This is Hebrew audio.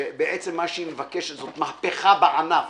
שבעצם מה שהיא מבקשת זו מהפכה בענף.